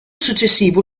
successivo